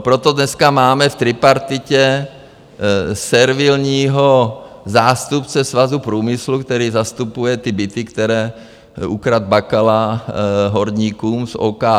Proto dneska máme v tripartitě servilního zástupce Svazu průmyslu, který zastupuje ty byty, které ukradl Bakala horníkům z OKD.